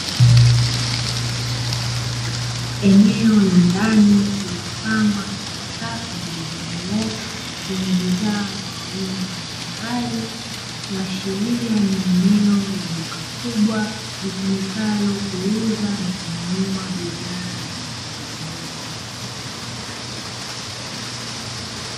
Eneo la ndani lililopangwa katika safu zilizo nyooka zenye bidhaa za aina mbalimbali, kuashiria ni eneo la duka kubwa litumikalo kuuza na kununua bidhaa tofauti tofauti.